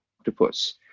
octopus